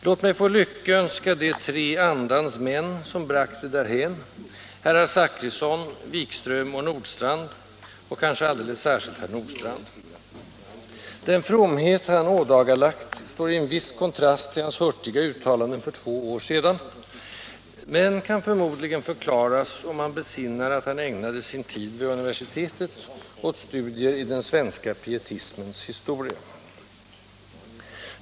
Låt mig få lyckönska de tre andans män som bragt det därhän, herrar Zachrisson, Wikström och Nordstrandh, och kanske alldeles särskilt herr Nordstrandh. Den fromhet han ådagalagt står i en viss kontrast till hans hurtiga uttalanden för två år sedan men kan förmodligen förklaras, om man besinnar att han ägnade sin tid vid universitetet åt studier av den svenska pietismens historia.